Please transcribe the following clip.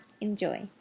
Enjoy